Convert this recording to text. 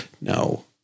No